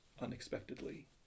unexpectedly